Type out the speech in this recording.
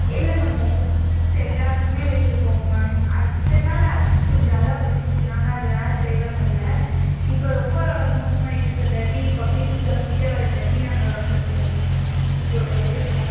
இல்லை ma'am dull students எல்லாேருக்குமே வச்சுருக்கோங் மேம் இத்தனை நாள் அஸ்வின் கொஞ்சம் நல்லா படிச்சுட்டு இருந்தாங்க அதனால தேவை படல இப்போ ரொம்ப மோசமாகிட்டு இருக்கந்தாட்டி பப்ளிக் எக்ஸாம் கிட்டே வரந்தாட்டி நாங்கள் கொஞ்சம் இப்போது வச்சுருக்கோம்